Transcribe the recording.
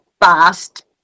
fast